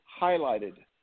highlighted